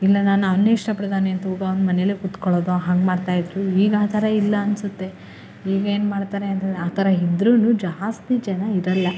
ಇಲ್ಲ ನಾನು ಅವನೇ ಇಷ್ಟ ಪಡ್ತಾನೆ ಅಂಥೇಳ್ಬಿಟ್ಟು ಅವನ ಮನೇಲೆ ಕೂತ್ಕೊಳ್ಳೋದು ಹಂಗೆ ಮಾಡ್ತಾಯಿದ್ದರು ಈಗ ಆ ಥರ ಇಲ್ಲ ಅನ್ಸುತ್ತೆ ಈಗ ಏನ್ಮಾಡ್ತಾರೆ ಅಂದರೆ ಆ ಥರ ಇದ್ರೂ ಜಾಸ್ತಿ ಜನ ಇರಲ್ಲ